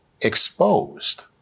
exposed